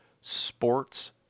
sports